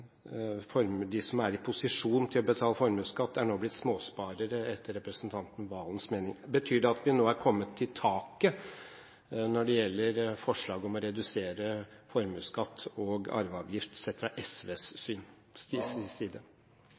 arveavgiften. De som er i posisjon til å betale formuesskatt, er nå blitt småsparere, etter representanten Serigstad Valens mening. Betyr det at vi nå er kommet til taket når det gjelder forslag om å redusere formuesskatt og arveavgift, sett fra SVs side? Først vil jeg si